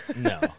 No